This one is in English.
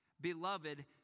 Beloved